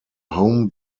home